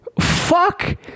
Fuck